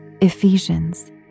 ephesians